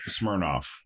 Smirnoff